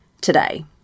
today